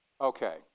Okay